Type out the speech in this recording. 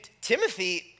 Timothy